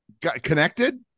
connected